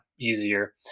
easier